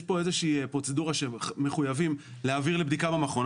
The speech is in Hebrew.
יש פה איזו שהיא פרוצדורה שמחויבים להעביר לבדיקה במכון.